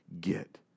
get